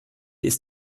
ist